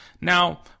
Now